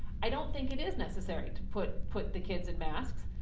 i don't think it is necessary to put put the kids in masks.